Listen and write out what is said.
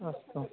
अस्तु